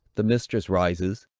the mistress rises,